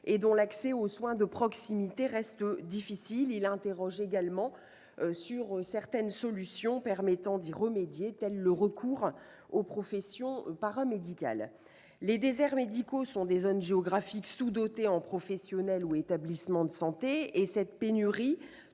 qui l'accès aux soins de proximité reste difficile. Il nous invite également à réfléchir sur certaines solutions permettant de remédier à cette situation, tel le recours aux professions paramédicales. Les déserts médicaux sont des zones géographiques sous-dotées en professionnels ou établissements de santé ; cette pénurie